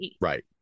Right